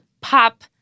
pop